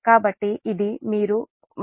కాబట్టి ఇది మీరు 123